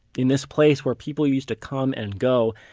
in this place where people used to come and go,